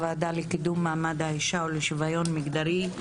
אני פותחת את הישיבה של הוועדה לקידום מעמד האישה ולשוויון מגדרי.